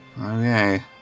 Okay